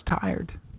tired